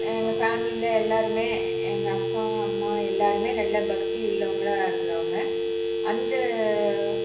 எங்கள் ஃபேமிலியில எல்லாருமே எங்கள் அப்பா அம்மா எல்லாருமே நல்ல பக்தி உள்ளவங்களாக இருந்தவங்க அந்த